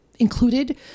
included